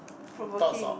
provoking